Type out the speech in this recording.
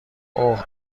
اوه